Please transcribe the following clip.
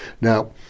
Now